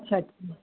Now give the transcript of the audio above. अच्छा